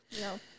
No